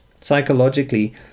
Psychologically